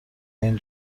این